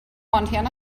montana